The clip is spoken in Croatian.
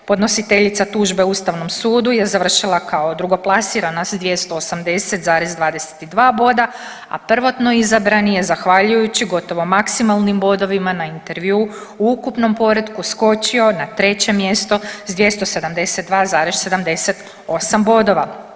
Podnositeljica tužbe ustavnom sudu je završila kao drugoplasirana s 280,22 boda, a prvotno izabrani je zahvaljujući gotovo maksimalnim bodovima na intervjuu u ukupnom poretku skočio na 3. mjesto s 272,78 bodova.